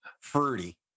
fruity